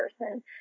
person